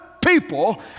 people